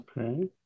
Okay